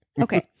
Okay